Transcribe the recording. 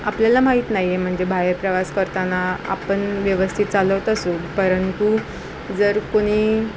आपल्याला माहीत नाही आहे म्हणजे बाहेर प्रवास करताना आपण व्यवस्थित चालवत असू परंतु जर कोणी